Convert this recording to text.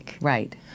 Right